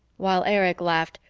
while erich laughed,